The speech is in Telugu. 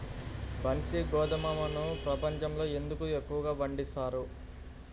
బన్సీ గోధుమను ప్రపంచంలో ఎందుకు ఎక్కువగా పండిస్తారు?